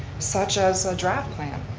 such as a draft plan.